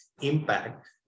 impact